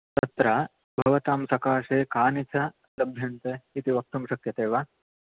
तत्र भवतां सकाशे कानि च लभ्यन्ते इति वक्तुं शक्यते वा